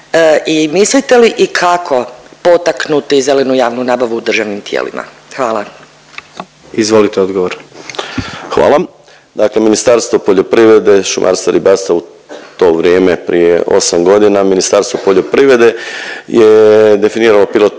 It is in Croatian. i mislite li i kako potaknuti zelenu javnu nabavu u državnim tijelima? Hvala. **Jandroković, Gordan (HDZ)** Izvolite odgovor. **Majdak, Tugomir** Hvala. Dakle Ministarstvo poljoprivrede, šumarstva i ribarstva u to vrijeme prije 8 godina, Ministarstvo poljoprivrede je definiralo pilot